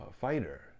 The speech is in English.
fighter